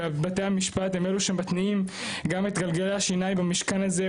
בתי המשפט הם אלו שמתניעים גם את גלגלי השיניים במשכן הזה,